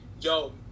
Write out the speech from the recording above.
yo